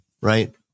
right